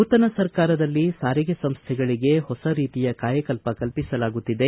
ನೂತನ ಸರ್ಕಾರದಲ್ಲಿ ಸಾರಿಗೆ ಸಂಸ್ಥೆಗಳಿಗೆ ಹೊಸ ರೀತಿಯ ಕಾಯಕಲ್ಪ ಕಲ್ಪಿಸಲಾಗುತ್ತಿದೆ